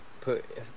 put